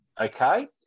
Okay